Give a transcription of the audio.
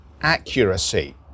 accuracy